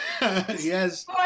yes